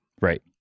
right